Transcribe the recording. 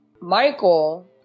Michael